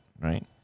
right